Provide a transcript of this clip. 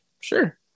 Sure